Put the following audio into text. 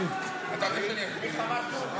לכם.